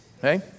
Hey